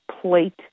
plate